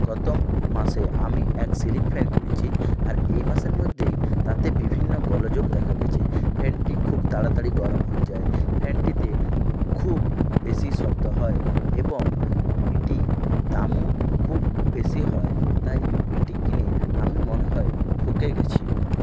গত মাসে আমি এক সিলিং ফ্যান কিনেছি আর এই মাসের মধ্যেই তাতে বিভিন্ন গোলযোগ দেখা গেছে ফ্যানটি খুব তাড়াতাড়ি গরম হয়ে যায় ফ্যানটিতে খুব বেশি শব্দ হয় এবং এটির দামও খুব বেশি হয় তাই এটি কিনে আমি মনে হয় ঠকে গেছি